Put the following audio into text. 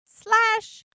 slash